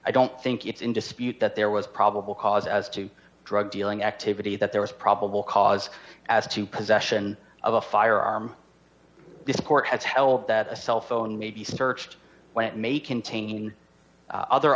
i don't think it's in dispute that there was probable cause as to drug dealing activity that there was probable cause as to possession of a firearm this court has held that a cell phone may be searched when it may contain other